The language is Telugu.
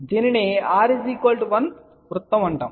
దీనిని r 1 సర్కిల్ అంటారు